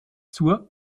zur